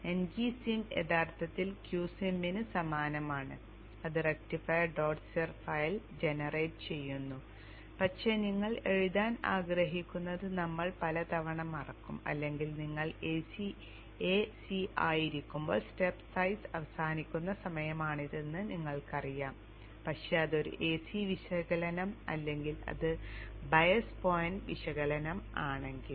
ngSim യഥാർത്ഥത്തിൽ q sim ന് സമാനമാണ് അത് റക്റ്റിഫയർ ഡോട്ട് cir ഫയൽ ജനറേറ്റുചെയ്യുന്നു പക്ഷേ നിങ്ങൾ എഴുതാൻ ആഗ്രഹിക്കുന്നത് നമ്മൾ പലതവണ മറക്കും അല്ലെങ്കിൽ നിങ്ങൾ a c ആയിരിക്കുമ്പോൾ സ്റ്റെപ്പ് സൈസ് അവസാനിക്കുന്ന സമയമാണിതെന്ന് നിങ്ങൾക്കറിയാം പക്ഷേ അത് ഒരു AC വിശകലനം അല്ലെങ്കിൽ അത് ബയസ് പോയിന്റ് വിശകലനം ആണെങ്കിൽ